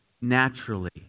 naturally